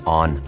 on